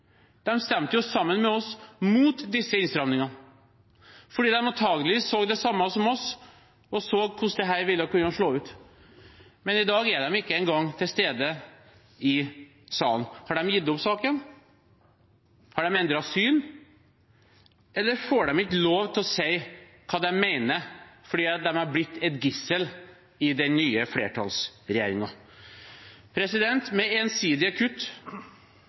stemte jo sammen med oss mot disse innstramningene, fordi de antagelig så det samme som oss, så hvordan dette ville kunne slå ut. Men i dag er de ikke engang til stede i salen. Har de gitt opp saken? Har de endret syn? Eller får de ikke lov til å si hva de mener, fordi de har blitt et gissel i den nye flertallsregjeringen? Med ensidige kutt